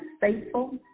faithful